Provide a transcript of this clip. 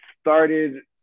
started